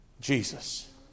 Jesus